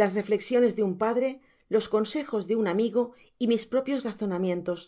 las reflexiones de un padre los consejos de un amigo y mis propios razonamientos